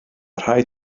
rhaid